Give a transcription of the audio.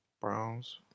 Browns